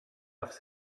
off